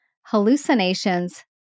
hallucinations